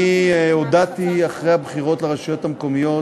הודעתי אחרי הבחירות לרשויות המקומיות